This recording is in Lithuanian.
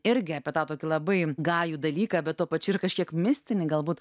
irgi apie tą tokį labai gajų dalyką bet tuo pačiu ir kažkiek mistinį galbūt